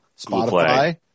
Spotify